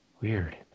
Weird